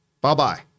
bye-bye